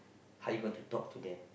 how you going to talk to them